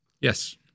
Yes